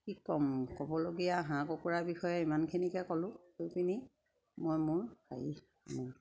কি ক'ম ক'বলগীয়া হাঁহ কুকুৰা বিষয়ে ইমানখিনিকে ক'লোঁ মই মোৰ হেৰি আমাৰ